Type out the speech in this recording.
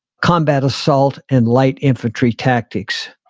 combat assault and light infantry tactics.